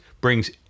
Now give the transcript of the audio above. brings